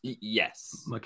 Yes